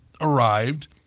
arrived